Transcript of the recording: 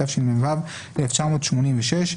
התשמ"ו 1986,